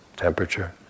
temperature